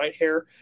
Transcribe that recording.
whitehair